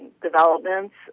developments